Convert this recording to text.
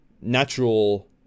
natural